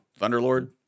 Thunderlord